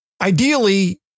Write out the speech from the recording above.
Ideally